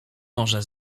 może